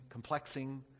complexing